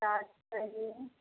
चाट चाहिए